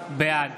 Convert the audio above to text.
בעד